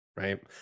Right